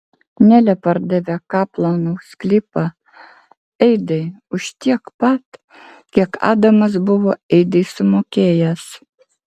nelė pardavė kaplanų sklypą eidai už tiek pat kiek adamas buvo eidai sumokėjęs